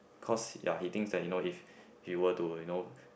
cause ya he thinks that you know if he will to you know